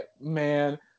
man